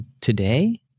today